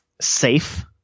safe